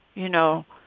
you know,